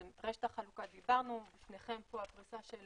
על רשת החלוקה דיברנו, לפניכם פה הפריסה של